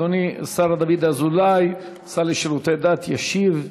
אדוני, השר דוד אזולאי, השר לשירותי דת, ישיב.